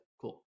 Cool